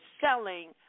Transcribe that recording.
selling